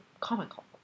comical